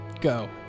Go